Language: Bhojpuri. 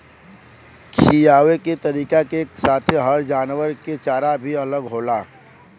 खिआवे के तरीका के साथे हर जानवरन के चारा भी अलग होला